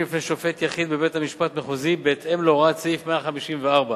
לפני שופט יחיד בבית-משפט מחוזי בהתאם להוראות סעיף 154